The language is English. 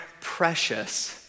precious